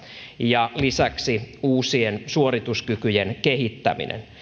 ja lisäksi uusien suorituskykyjen kehittäminen